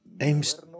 aims